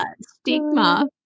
stigma